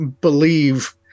believe